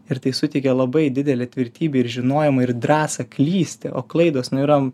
ir tai suteikė labai didelę tvirtybę ir žinojimą ir drąsa klysti o klaidos nu yra